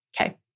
Okay